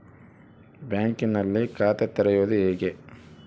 ಬ್ಯಾಂಕಿನಲ್ಲಿ ಖಾತೆ ತೆರೆಯುವುದು ಹೇಗೆ?